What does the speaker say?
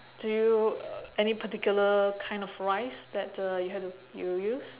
do you uh any particular kind of rice that uh you have to you use